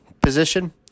position